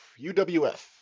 UWF